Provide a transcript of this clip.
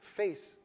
face